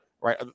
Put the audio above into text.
right